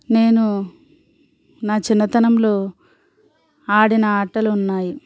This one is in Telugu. నేను నా చిన్నతనంలో ఆడిన ఆటలు ఉన్నాయి